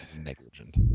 Negligent